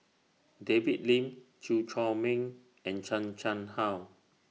David Lim Chew Chor Meng and Chan Chang How